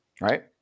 Right